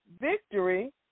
victory